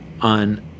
on